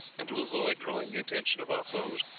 and to avoid drawing the attention of our foes.